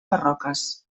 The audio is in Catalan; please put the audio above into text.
barroques